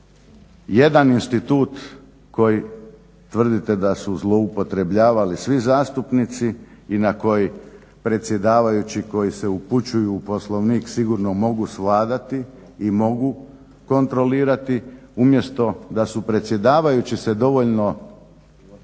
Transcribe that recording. Jedan institut koji tvrdite da su zloupotrebljavali svi zastupnici i na koji predsjedavajući koji se upućuju u Poslovnik sigurno mogu svladati i mogu kontrolirati umjesto da su predsjedavajući se dovoljno